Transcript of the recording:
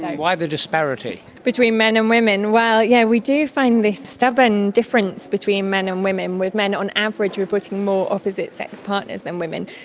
why the disparity? between men and women? yes, yeah we do find this stubborn difference between men and women, with men on average reporting more opposite sex partners than women,